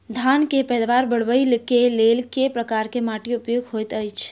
धान केँ पैदावार बढ़बई केँ लेल केँ प्रकार केँ माटि उपयुक्त होइत अछि?